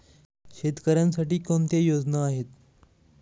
शेतकऱ्यांसाठी कोणत्या योजना आहेत?